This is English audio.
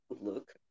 look